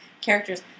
characters